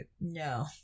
No